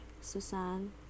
Susan